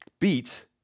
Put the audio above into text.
beat